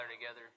together